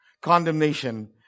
condemnation